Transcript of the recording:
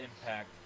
impact